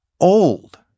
old